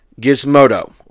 Gizmodo